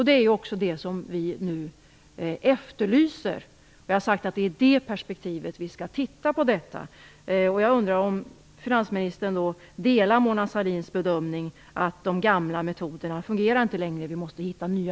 Det är också det som vi nu efterlyser. Vi har sagt att frågan skall ses utifrån det perspektivet. Jag undrar då om finansministern delar Mona Sahlins bedömning att de gamla metoderna inte längre fungerar och att vi måste hitta nya.